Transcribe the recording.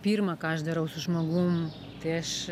pirma ką aš darau su žmogum tai aš